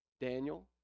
Daniel